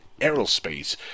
aerospace